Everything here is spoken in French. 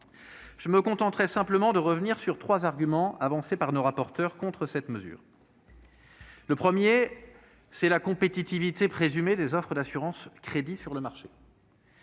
Je me contenterai de revenir sur trois arguments avancés par les rapporteurs contre cette mesure. Le premier argument porte sur la compétitivité présumée des offres d'assurance crédit sur le marché,